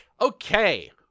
Okay